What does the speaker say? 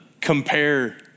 compare